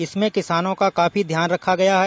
जिसमें किसानों का काफी ध्यान रखा गया है